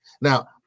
Now